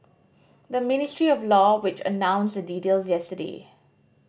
the Ministry of Law which announced the details yesterday